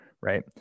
right